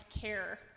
care